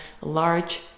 large